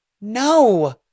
No